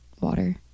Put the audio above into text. Water